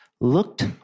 looked